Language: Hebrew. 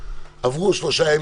עברו 3 ימים,